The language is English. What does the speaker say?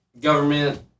government